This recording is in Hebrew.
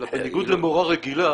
אלא בניגוד למורה רגילה